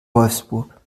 wolfsburg